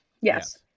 Yes